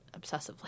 obsessively